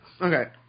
Okay